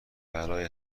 برای